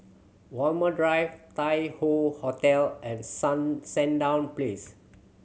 Walmer Drive Tai Hoe Hotel and Sandown Place